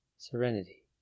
Serenity